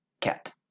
cat